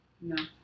No